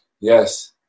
Yes